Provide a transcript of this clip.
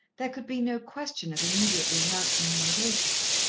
there could be no question of immediately announcing the engagement.